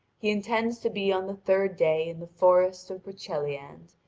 he intends to be on the third day in the forest of broceliande,